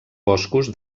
boscos